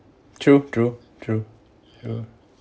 true true true true